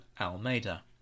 Almeida